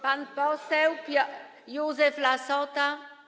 Pan poseł Józef Lassota.